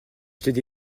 acheter